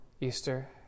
Easter